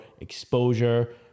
exposure